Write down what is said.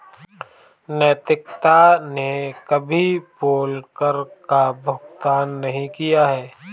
निकिता ने कभी पोल कर का भुगतान नहीं किया है